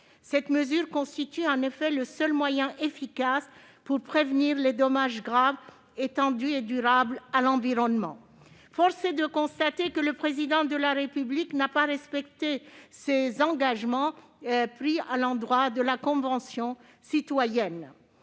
Cette mesure constituerait en effet le seul moyen efficace de prévenir les dommages graves, étendus et durables à l'environnement. Force est de constater que le Président de la République n'a pas respecté les engagements qu'il avait pris à l'endroit de la Convention citoyenne.